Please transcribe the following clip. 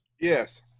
Yes